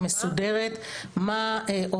יש הנחיה של פרקליט המדינה מסודרת מה